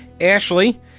ashley